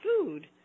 food